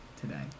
today